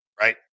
right